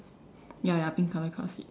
ya ya pink colour car seat